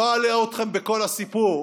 לא אלאה אתכם בכל הסיפור,